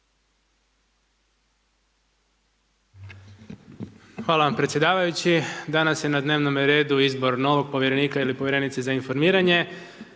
Hvala vam predsjedavajući. Danas je na dnevnome redu izbor novog povjerenika ili povjerenice za informiranje.